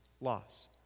Loss